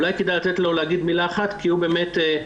אולי כדאי לתת לו להגיד מילה אחת כי הוא באמת עושה.